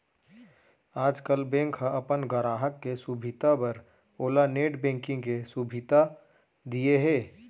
आजकाल बेंक ह अपन गराहक के सुभीता बर ओला नेट बेंकिंग के सुभीता दिये हे